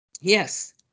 yes